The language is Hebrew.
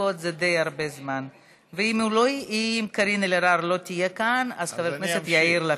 אם קארין אלהרר לא תהיה כאן, חבר הכנסת יאיר לפיד.